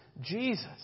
Jesus